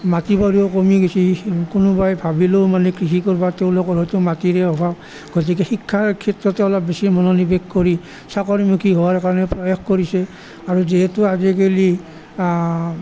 মাটি বাৰীও কমি গৈছে কোনোবাই ভাবিলেও মানে কৃষি কৰিব তেওঁলোকৰ হয়টো মাটিৰে অভাৱ গতিকে শিক্ষাৰ ক্ষেত্ৰটো অলপ বেছি মনোনিৱেশ কৰি চাকৰিমুখী হোৱাৰ কাৰণে প্ৰয়াস কৰিছে আৰু যিহেতু আজিকালি